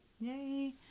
Yay